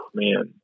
man